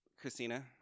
Christina